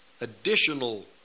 additional